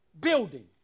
building